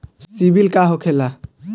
सीबील का होखेला?